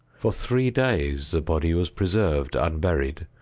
for three days the body was preserved unburied,